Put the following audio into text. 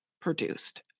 produced